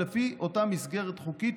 לפי אותה מסגרת חוקית,